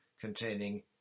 containing